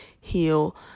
heal